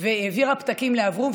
והעבירה פתקים לאברום,